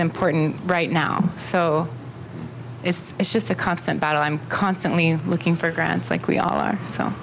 important right now so it's just a constant battle i'm constantly looking for grants like we are so